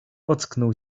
ocknął